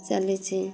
ଚାଲିଛି